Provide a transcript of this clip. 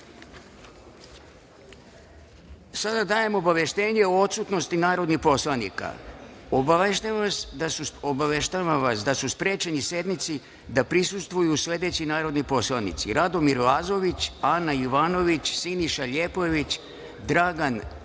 dajem obaveštenje o odsutnosti narodnih poslanika. Obaveštavam vas da su sprečeni da sednici prisustvuju sledeći narodni poslanici: Radomir Lazović, Ana Ivanović, Siniša Ljepojević, Dragan Stanojević,